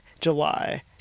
July